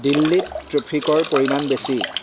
দিল্লীত ট্ৰেফিকৰ পৰিমাণ বেছি